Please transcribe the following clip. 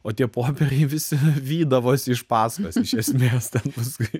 o tie popieriai visi vydavosi iš paskos iš esmės ten paskui